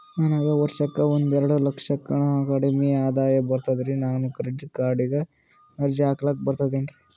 ನನಗ ವರ್ಷಕ್ಕ ಒಂದೆರಡು ಲಕ್ಷಕ್ಕನ ಕಡಿಮಿ ಆದಾಯ ಬರ್ತದ್ರಿ ನಾನು ಕ್ರೆಡಿಟ್ ಕಾರ್ಡೀಗ ಅರ್ಜಿ ಹಾಕ್ಲಕ ಬರ್ತದೇನ್ರಿ?